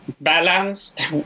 balanced